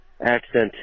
accent